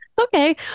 Okay